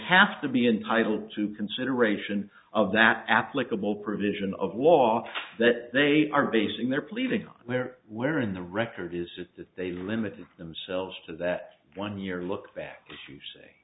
have to be entitled to consideration of that applicable provision of law that they are basing their pleadings where where in the record is it that they limited themselves to that one year look back to say